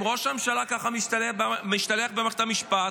אם ראש הממשלה משתלח ככה במערכת המשפט,